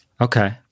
Okay